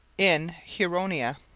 in huronia